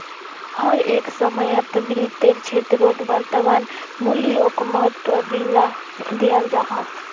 हर एक समयेत वित्तेर क्षेत्रोत वर्तमान मूल्योक महत्वा दियाल जाहा